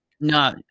No